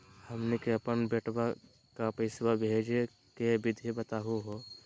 हमनी के अपन बेटवा क पैसवा भेजै के विधि बताहु हो?